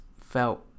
felt